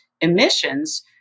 emissions